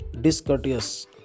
discourteous